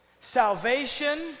salvation